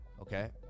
okay